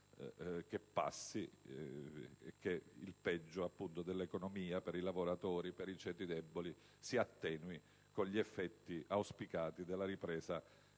che passi e che il peggio per l'economia, per i lavoratori e i ceti deboli si attenui con gli effetti auspicati della ripresa